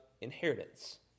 inheritance